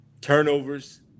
turnovers